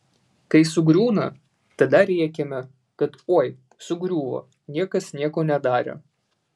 kai sugriūna tada rėkiame kad oi sugriuvo niekas nieko nedarė